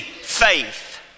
faith